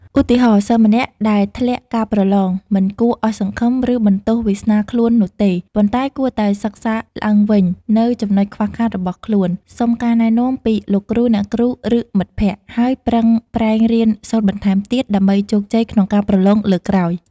ឧទាហរណ៍ សិស្សម្នាក់ដែលធ្លាក់ការប្រឡង មិនគួរអស់សង្ឃឹម ឬបន្ទោសវាសនាខ្លួននោះទេ ប៉ុន្តែគួរតែសិក្សាឡើងវិញនូវចំណុចខ្វះខាតរបស់ខ្លួន សុំការណែនាំពីលោកគ្រូ អ្នកគ្រូ ឬមិត្តភក្តិ ហើយប្រឹងប្រែងរៀនសូត្របន្ថែមទៀតដើម្បីជោគជ័យក្នុងការប្រឡងលើកក្រោយ។